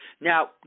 now